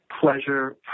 pleasure